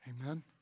Amen